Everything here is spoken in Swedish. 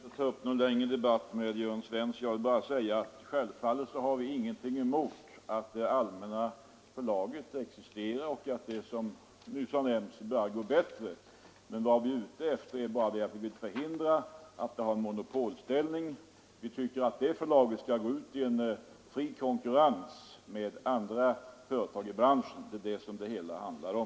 Herr talman! Jag skall inte ta upp någon längre debatt med herr Jörn Svensson. Jag vill bara säga, att självfallet har vi inte något emot att Allmänna förlaget existerar och att det, som nu nämnts, börjar gå bättre. Vad vi är ute efter är att förhindra att det får monopolställning. Vi tycker att detta förlag skall gå ut i en fri konkurrens med andra företag i branschen. Det är detta det handlar om.